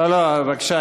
זה שיר שאנחנו שרנו.